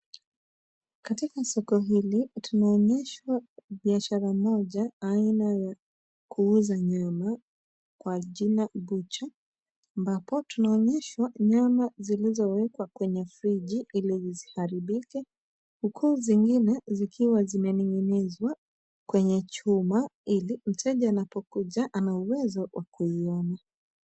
Katika soko hili, tunaonyeshwa biashara moja aina ya kuuza nyama kwa jina butcher ambapo tunaonyeshwa nyama zilizowekwa kwenye friji ili zisiharibike huku zingine zikiwa zimening'inizwa kwenye chuma ili mteja anapokuja ana uwezo wa kuiona.